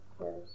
yes